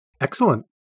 Excellent